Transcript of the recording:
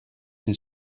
can